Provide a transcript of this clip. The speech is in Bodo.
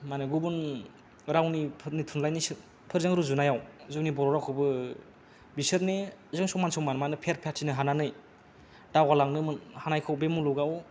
मानो गुबुन रावनिफोरनि थुनलाइनि फोरजों रुजुनायाव जोंनि बर' रावखौबो बिसोरनिजों समान समान मानो फेर फाथिनो हानानै दावगालांनो हानायखौ बे मुलुगाव